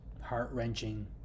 heart-wrenching